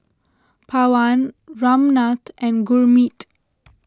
Pawan Ramnath and Gurmeet